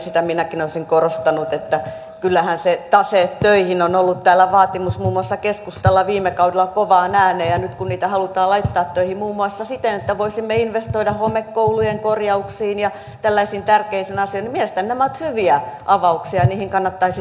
sitä minäkin olisin korostanut että kyllähän se taseet töihin on ollut täällä vaatimus muun muassa keskustalla viime kaudella kovaan ääneen ja nyt kun niitä halutaan laittaa töihin muun muassa siten että voisimme investoida homekoulujen korjauksiin ja tällaisiin tärkeisiin asioihin niin mielestäni nämä ovat hyviä avauksia ja niihin kannattaisi tarttua